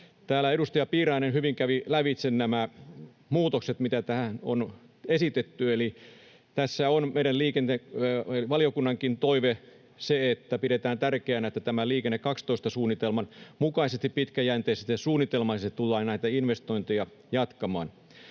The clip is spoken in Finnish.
edustaja Piirainen hyvin kävi lävitse nämä muutokset, mitä tähän on esitetty, eli tässä on meidän valiokunnankin toive se, että pidetään tärkeänä, että Liikenne 12 ‑suunnitelman mukaisesti pitkäjänteisesti ja suunnitelmallisesti tullaan näitä investointeja jatkamaan.